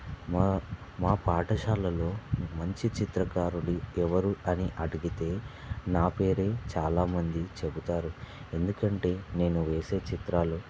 మా మా పాఠశాలలో మంచి చిత్రకారుడు ఎవరు అని అడిగితే నా పేరే చాలామంది చెబుతారు ఎందుకంటే నేను వేసే చిత్రాలు